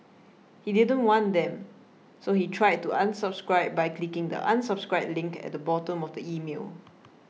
he didn't want them so he tried to unsubscribe by clicking the unsubscribe link at the bottom of the email